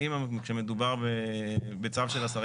האם כשמדובר בצו של השרים,